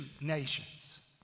nations